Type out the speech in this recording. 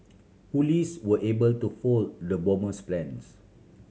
police were able to foil the bomber's plans